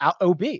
OB